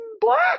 black